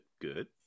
good